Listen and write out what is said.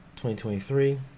2023